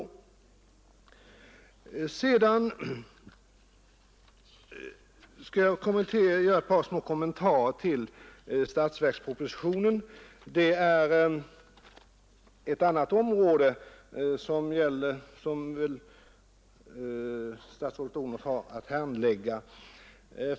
Därefter skall jag göra ett par korta kommentarer till statsverkspropositionen. Den första gäller ett annat område som statsrådet Odhnoff har att handlägga.